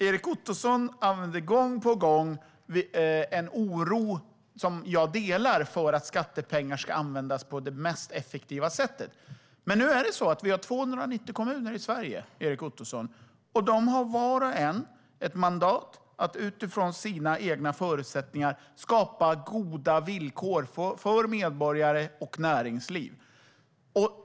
Erik Ottoson talar gång på gång om oron, som jag delar, för att skattepengar inte ska användas på det mest effektiva sättet. Men vi har 290 kommuner i Sverige, och de har var och en mandat att utifrån sina egna förutsättningar skapa goda villkor för medborgare och näringsliv.